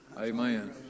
Amen